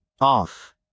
Off